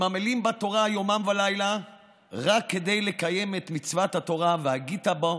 הם עמלים בתורה יומם ולילה רק כדי לקיים את מצוות התורה "והגית בו